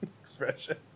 expression